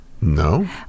No